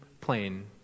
plane